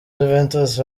juventus